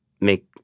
make